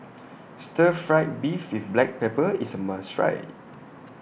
Stir Fried Beef with Black Pepper IS A must Try